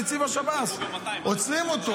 נציב השב"ס, עוצרים אותו.